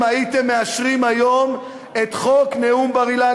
הייתם מאשרים היום את חוק נאום בר-אילן,